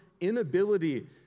inability